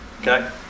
okay